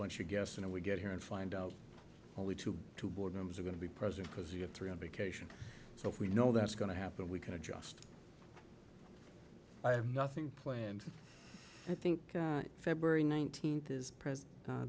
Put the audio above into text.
bunch of guests and we get here and find out only to two board members are going to be present because you have three on vacation so if we know that's going to happen we can adjust i have nothing planned i think february nineteenth